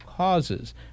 Causes